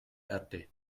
erde